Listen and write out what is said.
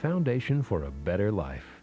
foundation for a better life